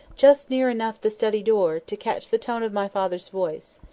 just near enough the study-door, to catch the tone of my father's voice.